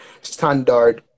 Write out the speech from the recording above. standard